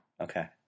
Okay